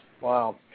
Wow